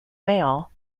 male